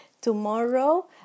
Tomorrow